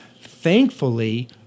thankfully